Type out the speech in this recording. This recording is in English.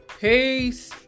Peace